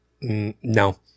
No